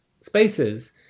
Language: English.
spaces